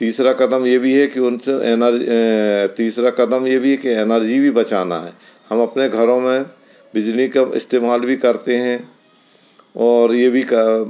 तीसरा कदम ये भी है कि उनसे एनर तीसरा कदम ये भी है कि एनर्जी भी बचाना हैं हम अपने घरों में बिजली का इस्तेमाल भी करते हैं और ये भी काम